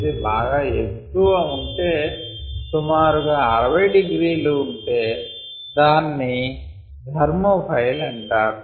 ఇది బాగా ఎక్కువ ఉంటే సుమారు గా 60 degrees ఉంటే దాన్ని ధెర్మోఫైల్ అంటారు